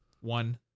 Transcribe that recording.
One